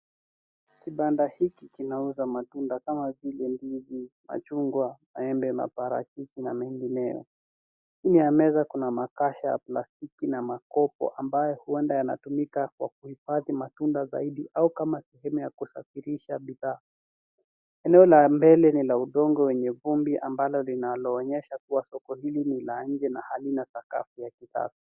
Kibanda hiki kinauza matunda kama vile ndizi, machungwa, embe, maparachichi na mengineo. Chini ya meza kuna makasha ya plastiki na makopo ambayo huenda yanatumika kwa kuhifadhi matunda zaidi au kama sehemu ya kusafirisha bidhaa. Eneo la mbele ni la udongo wenye vumbi ambalo linaloonyesha kuwa soko hili ni la nje na halina sakafu ya kisasa.